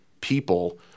people